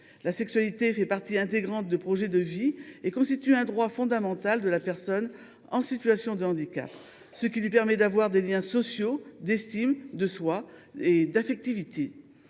La sexualité fait partie intégrante d’un projet de vie et constitue un droit fondamental de la personne en situation de handicap, qui lui permet de nouer des liens sociaux et affectifs